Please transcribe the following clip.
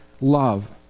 love